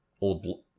Old